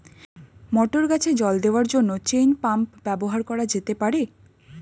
মটর গাছে জল দেওয়ার জন্য চেইন পাম্প ব্যবহার করা যেতে পার?